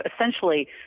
essentially